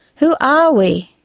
who are we,